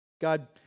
God